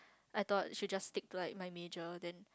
I thought should just stick to like my major then